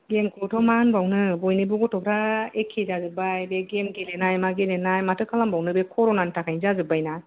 गेमखौथ' मा होनबावनो बयनिबो गथ'फ्रा एखे जाजोब्बाय बे गेम गेलेनाय मा गेलेनाय माथो खालाम बावनो बे कर'नानि थाखायनो जाजोब्बाय ना